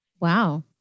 Wow